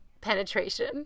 penetration